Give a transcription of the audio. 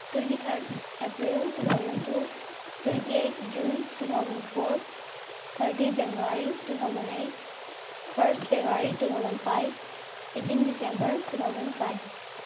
twenty third April two thousand two twenty eight June two thousand four thirty January two thousand eight first February two thousand five eighteen December two thousand five